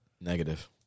Negative